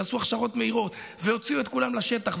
עשו הכשרות מהירות והוציאו את כולם לשטח.